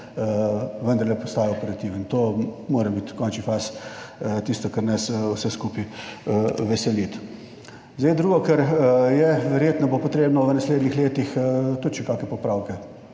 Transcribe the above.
vendarle postaja operativen. To mora biti v končni fazi tisto, kar nas vse skupaj veseli. Zdaj, drugo, kar je, verjetno bo potrebno v naslednjih letih tudi še kakšne popravke,